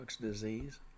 disease